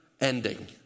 ending